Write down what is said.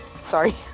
Sorry